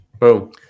Boom